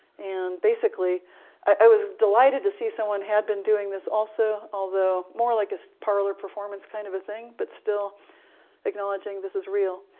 and basically i was delighted to see someone had been doing this also, although more like a parlor performance kind of a thing, but still acknowledging this is real.